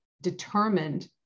determined